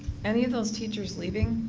any of those teachers leaving,